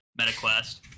MetaQuest